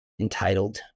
entitled